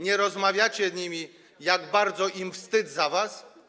Nie rozmawiacie z nimi o tym, jak bardzo im wstyd za was?